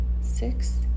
six